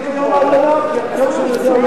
גם חבר הכנסת דב חנין ביום האדמה?